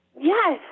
Yes